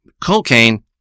cocaine